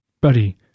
buddy